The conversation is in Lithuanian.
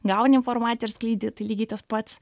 gauni informaciją ir skleidi tai lygiai tas pats